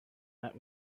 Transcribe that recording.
met